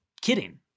kidding